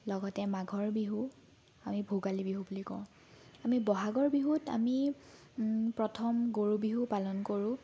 লগতে মাঘৰ বিহু আমি ভোগালী বিহু বুলি কওঁ আমি বহাগৰ বিহুত আমি প্ৰথম গৰু বিহু পালন কৰোঁ